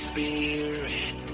Spirit